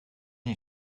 nie